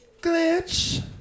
Glitch